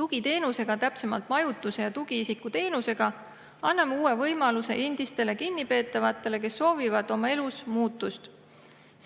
Tugiteenusega, täpsemalt majutuse- ja tugiisikuteenusega anname uue võimaluse endistele kinnipeetavatele, kes soovivad oma elus muutust.